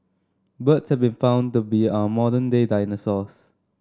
birds have been found to be our modern day dinosaurs